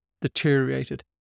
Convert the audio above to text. deteriorated